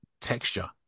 texture